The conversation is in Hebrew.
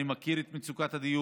אני מכיר את מצוקת הדיור.